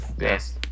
yes